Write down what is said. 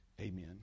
Amen